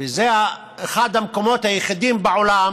וזה אחד המקומות היחידים בעולם